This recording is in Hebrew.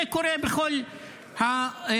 זה קורה בכל הרשויות.